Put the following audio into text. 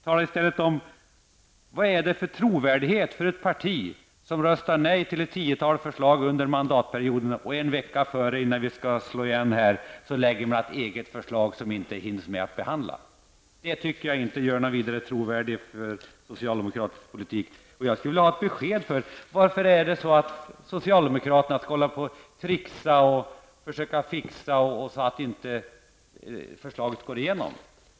Vilken trovärdighet har ett parti som röstar nej till ett tiotal förslag under mandatperioden och en vecka innan riksdagen slår igen lägger ett eget förslag, som inte hinner behandlas? Jag tycker inte att det gör den socialdemokratiska politiken trovärdig. Varför skall socialdemokraterna trixa och försöka fixa så att förslaget inte antas?